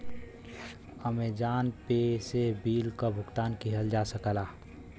Amazon Pay से bill क भुगतान किहल जा सकला